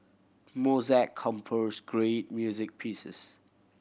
Mozart composed great music pieces